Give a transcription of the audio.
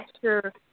sure